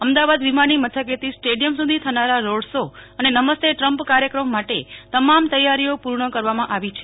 અમદાવાદ વિમાની મથકેથી સ્ટેડીયમ સુધી થનારા રોડ શો અને નમસ્તે ટ્રમ્પ કાર્યક્રમ માટે તમામ તૈયારીઓ પૂર્ણ કરવામાં આવી છે